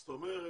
זאת אומרת,